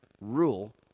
rule